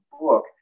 book